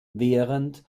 während